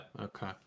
okay